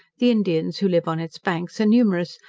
the indians who live on its banks are numerous,